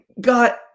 got